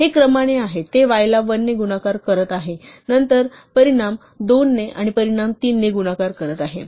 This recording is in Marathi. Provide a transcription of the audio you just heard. हे क्रमाने आहे ते y ला 1 ने गुणाकार करत आहे नंतर परिणाम 2 ने आणि परिणाम 3 ने गुणाकार करत आहे